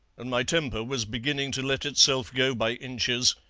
and my temper was beginning to let itself go by inches,